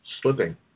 slipping